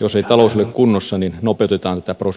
jos ei talous ole kunnossa niin nopeutetaan tätä kuntaliitosprosessia